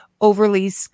Overly